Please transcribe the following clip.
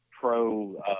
pro